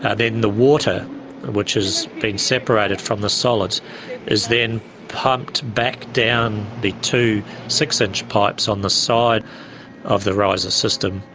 ah then the water which has been separated from the solids is then pumped back down the two six-inch pipes on the side of the riser system.